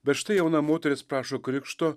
bet štai jauna moteris prašo krikšto